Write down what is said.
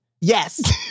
Yes